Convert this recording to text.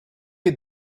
you